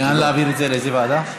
לאן להעביר את זה, לאיזו ועדה?